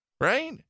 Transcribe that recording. Right